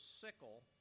sickle